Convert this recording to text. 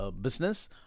business